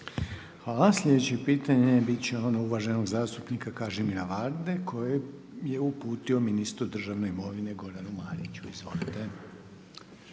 Hvala. Sljedeće pitanje, biti će ono uvaženog zastupnika Kažimira Varde, koje je uputio ministru državne imovinu, Goranu Mariću. Izvolite.